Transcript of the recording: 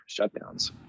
shutdowns